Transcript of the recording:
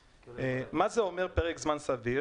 מה זה אומר פרק זמן סביר?